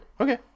Okay